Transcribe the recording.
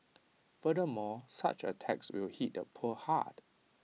furthermore such A tax will hit the poor hard